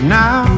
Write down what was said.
now